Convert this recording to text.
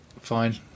Fine